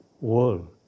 world